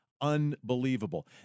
Unbelievable